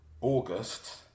August